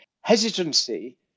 hesitancy